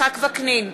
יצחק וקנין,